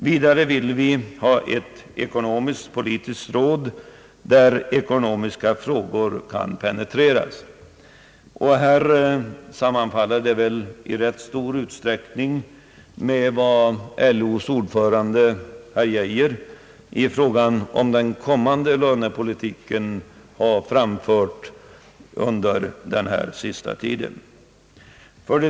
Vidare vill vi ha ett ekonomiskt-politiskt råd, där ekonomiska frågor kan penetreras. Detta önskemål sammanfaller väl i rätt stor utsträckning med vad LO:s ordförande herr Geijer i fråga om den kommande lönepolitiken har framfört under den senaste tiden.